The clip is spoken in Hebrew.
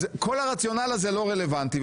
כל הרציונל הזה לא רלוונטי,